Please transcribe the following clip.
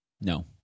No